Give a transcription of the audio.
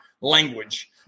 language